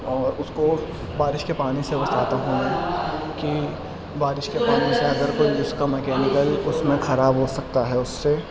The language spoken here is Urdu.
اور اس کو بارش کے پانی سے بچاتا ہوں کہ بارش کے پانی سے اگر کوئی اس کا مکینیکل اس میں خراب ہو سکتا ہے اس سے